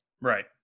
right